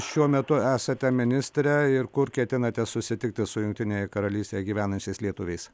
šiuo metu esate ministre ir kur ketinate susitikti su jungtinėje karalystėje gyvenančiais lietuviais